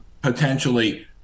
potentially